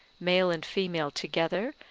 male and female together,